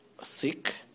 sick